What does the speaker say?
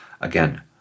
again